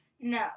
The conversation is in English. No